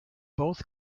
both